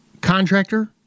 contractor